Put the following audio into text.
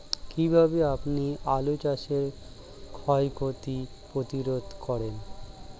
কীভাবে আপনি আলু চাষের ক্ষয় ক্ষতি প্রতিরোধ করেন?